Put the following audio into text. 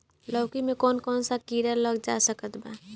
लौकी मे कौन कौन सा कीड़ा लग सकता बा?